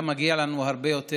היה מגיע לנו הרבה יותר.